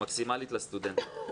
מקסימלית לסטודנטים.